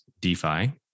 DeFi